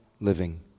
living